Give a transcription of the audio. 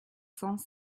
cents